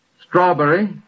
strawberry